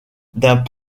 d’un